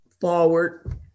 forward